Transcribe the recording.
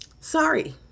Sorry